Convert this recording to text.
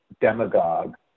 demagogue